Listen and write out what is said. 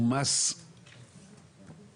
היא מס לא נכון, הוא לא מוצדק.